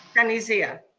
sunny zia.